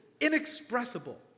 inexpressible